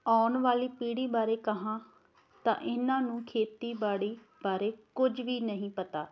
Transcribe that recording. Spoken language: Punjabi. ਆਉਣ ਵਾਲੀ ਪੀੜ੍ਹੀ ਬਾਰੇ ਕਹਾਂ ਤਾਂ ਇਹਨਾਂ ਨੂੰ ਖੇਤੀਬਾੜੀ ਬਾਰੇ ਕੁਝ ਵੀ ਨਹੀਂ ਪਤਾ